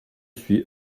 suis